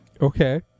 Okay